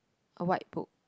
a white book